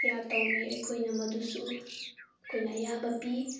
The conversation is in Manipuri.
ꯀꯌꯥ ꯇꯧꯏ ꯑꯩꯈꯣꯏꯅ ꯃꯗꯨꯁꯨ ꯑꯩꯈꯣꯏꯅ ꯑꯌꯥꯕ ꯄꯤ